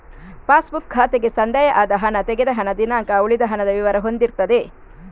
pass book ಖಾತೆಗೆ ಸಂದಾಯ ಆದ ಹಣ, ತೆಗೆದ ಹಣ, ದಿನಾಂಕ, ಉಳಿದ ಹಣದ ವಿವರ ಹೊಂದಿರ್ತದೆ